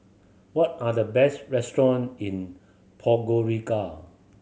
what are the best restaurant in Podgorica